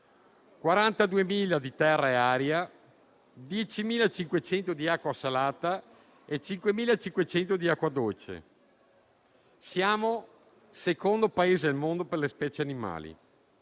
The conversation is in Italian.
42.000 di terra e aria, 10.500 di acqua salata e 5.500 di acqua dolce. Siamo il secondo Paese al mondo per le specie animali.